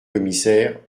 commissaire